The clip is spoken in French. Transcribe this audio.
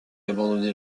abandonner